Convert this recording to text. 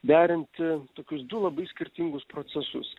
derinti tokius du labai skirtingus procesus